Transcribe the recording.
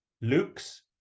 Luke's